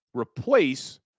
replace